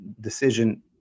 decision